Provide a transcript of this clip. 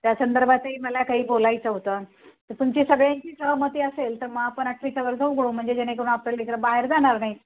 त्या संदर्भातही मला काही बोलायचं होतं तर तुमची सगळ्यांची सहमती असेल तर मग आपण आठवीचा वर्ग उघडू म्हणजे जेणेकरून आपले इथले बाहेर जाणार नाही